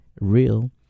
real